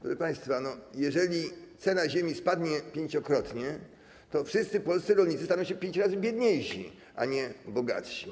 Proszę państwa, jeżeli cena ziemi spadnie pięciokrotnie, to wszyscy polscy rolnicy staną się pięć razy biedniejsi, a nie bogatsi.